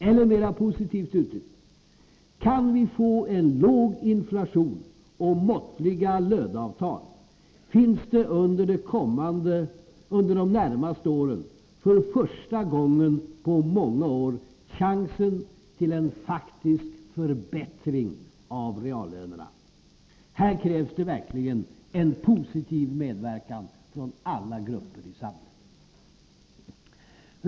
Eller, mera positivt uttryckt, kan vi få en låg inflation och måttliga löneavtal, finns det under de närmaste åren för första gången på många år chansen till en faktisk förbättring av reallönerna. Här krävs det verkligen en positiv medverkan från alla grupper i samhället.